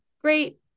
great